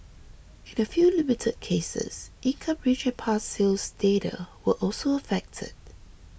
in a few limited cases income range and past sales data were also affected